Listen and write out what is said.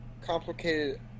complicated